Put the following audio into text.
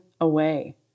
away